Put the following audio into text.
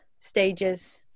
stages